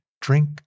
drink